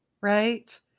right